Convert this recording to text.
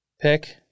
pick